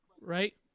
right